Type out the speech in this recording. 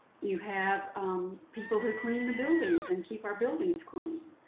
you have people who clean the buildings and keep our buildings clean,